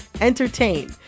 entertain